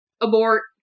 abort